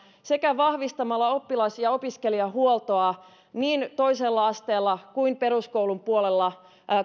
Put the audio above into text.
sekä vahvistamalla oppilas ja opiskelijahuoltoa niin toisella asteella kuin peruskoulun puolella